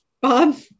Bob